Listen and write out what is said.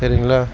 சரிங்களா